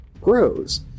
grows